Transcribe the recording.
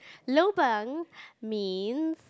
lobang means